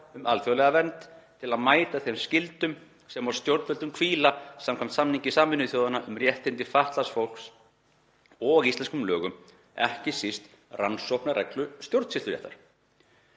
um alþjóðlega vernd til að mæta þeim skyldum sem á stjórnvöldum hvíla samkvæmt samningi SÞ um réttindi fatlaðs fólks og íslenskum lögum, ekki síst rannsóknarreglu stjórnsýsluréttar.